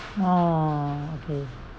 oh okay